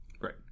Right